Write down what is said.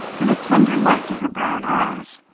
with a tender light in her brown eyes.